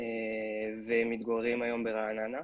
וכיום הם מתגוררים ברעננה.